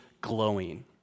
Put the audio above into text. glowing